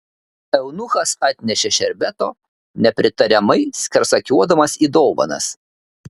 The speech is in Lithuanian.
eunuchas atnešė šerbeto nepritariamai skersakiuodamas į dovanas